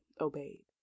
obeyed